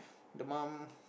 the mum